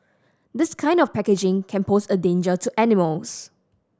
this kind of packaging can pose a danger to animals